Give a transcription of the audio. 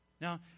Now